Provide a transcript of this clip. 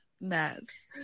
mess